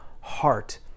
heart